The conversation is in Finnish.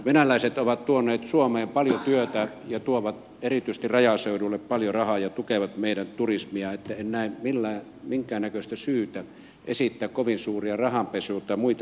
venäläiset ovat tuoneet suomeen paljon työtä ja tuovat erityisesti rajaseudulle paljon rahaa ja tukevat meidän turismia niin että en näe minkäännäköistä syytä esittää kovin suuria rahanpesu tai muita rikollisuusuhkia